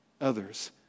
others